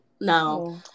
No